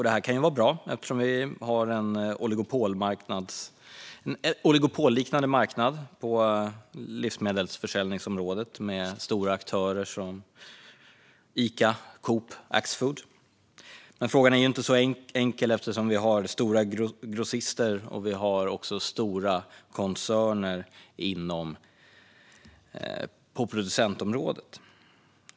Detta kan vara bra eftersom vi har en oligopolliknande marknad på livsmedelsförsäljningsområdet med stora aktörer som Ica, Coop och Axfood. Men frågan är inte riktigt så enkel eftersom vi även har stora grossister och stora koncerner på producentområdet.